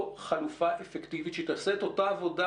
חלופה אפקטיבית שתעשה את אותה עבודה,